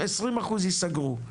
20% ייסגרו,